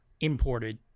imported